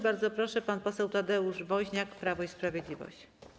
Bardzo proszę, pan poseł Tadeusz Woźniak, Prawo i Sprawiedliwość.